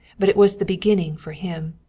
but it was the beginning for him.